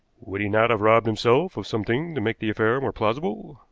would he not have robbed himself of something to make the affair more plausible?